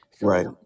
right